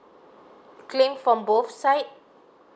claim for both side